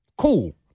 cool